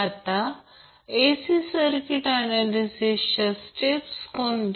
आता AC circuit ऍनॅलिसिसच्या steps कोणत्या